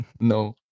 No